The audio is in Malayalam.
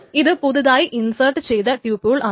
ഇത് പുതുതായി ഇൻസേർട്ട് ചെയ്ത ട്യൂപിൾ ആണ്